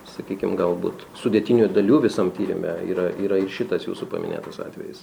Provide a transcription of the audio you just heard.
sakykim gal būt sudėtinių dalių visam tyrime yra yra ir šitas jūsų paminėtas atvejis